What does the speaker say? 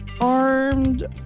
armed